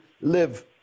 live